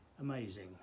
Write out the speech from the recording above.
amazing